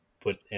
put